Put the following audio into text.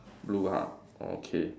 blue ha okay